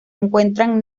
encuentran